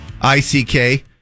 I-C-K